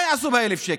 מה יעשו ב-1,000 שקל?